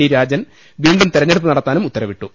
D Rajan വീണ്ടും തെര ഞ്ഞെടുപ്പ് നടത്താനും ഉത്തരവിട്ടു